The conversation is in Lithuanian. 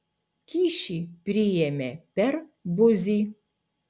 kyšį priėmė per buzį